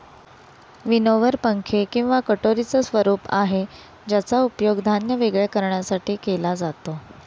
winnower पंखे किंवा कटोरीच स्वरूप आहे ज्याचा उपयोग धान्य वेगळे करण्यासाठी केला जातो